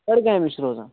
بڈگامہِ حظ چھِ روزان